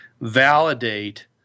validate